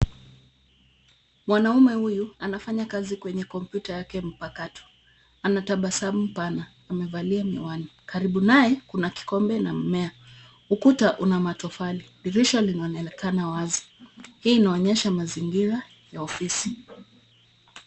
Mwanaume huyu anafanya kazi kwenye kompyuta yake mpakato. Ana tabasamu pana. Amevalia miwani. Karibu naye, kuna kikombe na mmea. Ukuta una matofali. Dirisha linaonekana wazi. Hii inaonyesha mazingira ya ofisi.